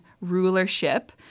rulership